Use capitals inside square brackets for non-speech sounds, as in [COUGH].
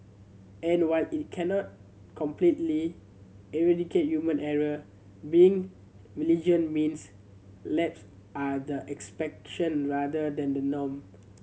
and while it cannot completely eradicate [UNINTELLIGIBLE] error being vigilant means laps are the exception rather than the norm